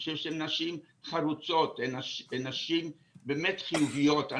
אני חושב שהן נשים חרוצות, הן נשים באמת חיוביות.